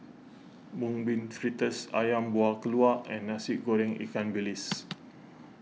Mung Bean Fritters Ayam Buah Keluak and Nasi Goreng Ikan Bilis